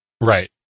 Right